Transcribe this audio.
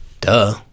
Duh